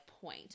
point